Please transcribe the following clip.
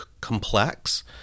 complex